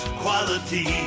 quality